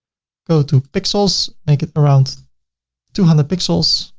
go to pixels, make it around two hundred pixels